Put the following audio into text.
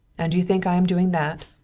and you think i am doing that?